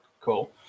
Cool